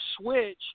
switch